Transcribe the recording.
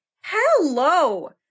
hello